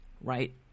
right